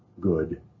good